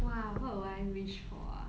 !wow! what would I wish for ah